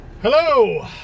Hello